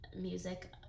music